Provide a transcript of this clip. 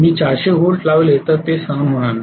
मी ४०० volt लावले तर ते सहन होणार नाही